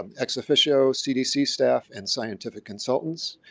um ex officio cdc staff and scientific consultants.